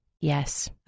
Yes